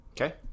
okay